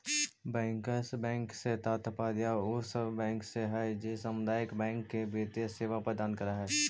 bankers bank से तात्पर्य उ सब बैंक से हइ जे सामुदायिक बैंक के वित्तीय सेवा प्रदान करऽ हइ